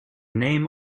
name